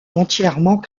entièrement